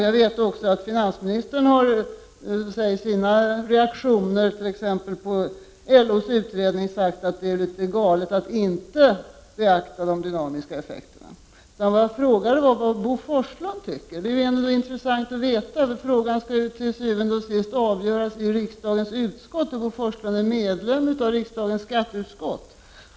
Jag vet också att finansministern, t.ex. i sin reaktion på LO:s utredning, har sagt att det är litet galet att inte beakta de dynamiska effekterna. Vad jag frågade om var vad Bo Forslund tycker. Det är intressant att veta, för frågan skall til syvende og sidst avgöras i riksdagen, och Bo Forslund är medlem av riksdagens skatteutskott.